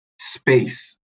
space